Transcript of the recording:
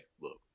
look